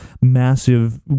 massive